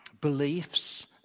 beliefs